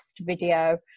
video